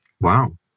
Wow